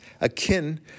akin